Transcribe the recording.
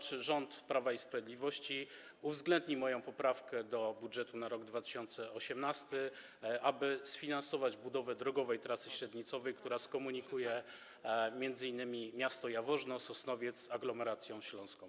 Czy rząd Prawa i Sprawiedliwości uwzględni moją poprawkę do budżetu na rok 2018, aby sfinansować budowę drogowej trasy średnicowej, która skomunikuje m.in. miasto Jaworzno, Sosnowiec z aglomeracją śląską?